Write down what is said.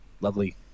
lovely